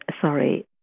sorry